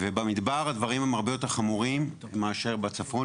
במדבר הדברים הם הרבה יותר חמורים מאשר בצפון